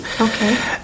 Okay